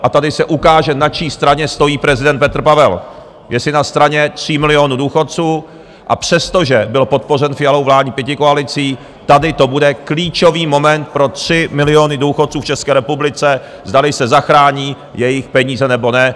A tady se ukáže, na čí straně stojí prezident Petr Pavel, jestli na straně 3 milionů důchodců, a přestože byl podpořen Fialou vládní pětikoalicí, tady to bude klíčový moment pro 3 miliony důchodců v České republice, zdali se zachrání jejich peníze, nebo ne.